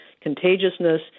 contagiousness